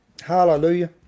Hallelujah